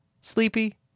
Sleepy